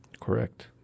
Correct